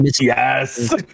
Yes